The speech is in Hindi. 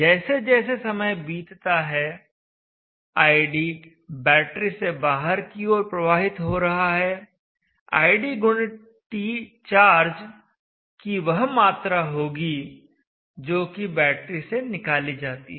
जैसे जैसे समय बीतता है id बैटरी से बाहर की ओर प्रवाहित हो रहा है id गुणित t चार्ज की वह मात्रा होगी जो कि बैटरी से निकाली जाती है